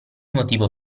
motivo